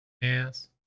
Yes